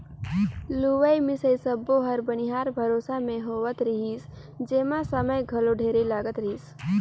लुवई मिंसई सब्बो हर बनिहार भरोसा मे होवत रिहिस जेम्हा समय घलो ढेरे लागत रहीस